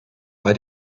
bei